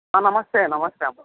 నమస్తే నమస్తే అమ్మ